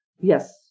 Yes